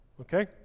Okay